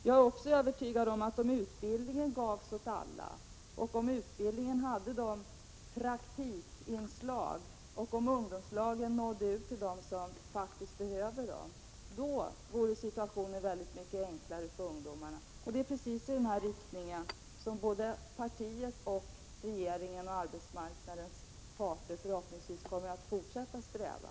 Jag är också övertygad om att om utbildningen gavs åt alla och hade praktikinslag och om ungdomslagen nådde ut till alla som faktiskt behöver dem, då vore situationen väldigt mycket enklare för ungdomarna. Det är precis i den riktningen som partiet, regeringen och förhoppningsvis arbetsmarknadens parter kommer att fortsätta att sträva.